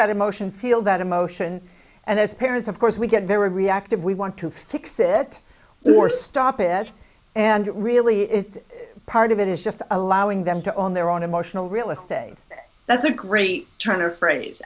that emotion feel that emotion and as parents of course we get there are reactive we want to fix it or stop it and it really is part of it is just allowing them to own their own emotional realestate that's a great turner phrase